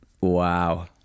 Wow